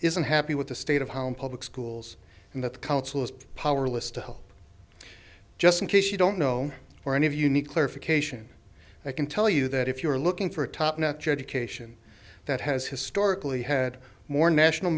unhappy with the state of how public schools and that the council is powerless to help just in case you don't know or any of you need clarification i can tell you that if you are looking for a top notch education that has historically had more national